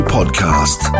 Podcast